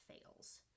fails